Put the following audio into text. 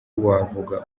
wavuga